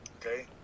okay